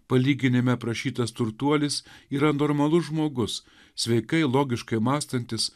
palyginime aprašytas turtuolis yra normalus žmogus sveikai logiškai mąstantis